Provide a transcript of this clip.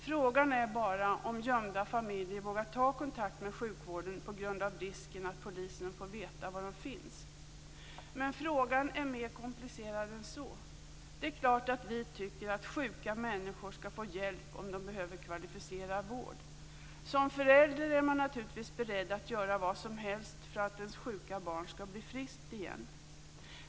Frågan är bara om gömda familjer vågar ta kontakt med sjukvården på grund av risken att polisen får veta var de finns. Men frågan är mer komplicerad än så. Det är klart att vi tycker att sjuka människor skall få hjälp om de behöver kvalificerad vård. Som förälder är man naturligtvis beredd att göra vad som helst för att ens sjuka barn skall bli friskt igen.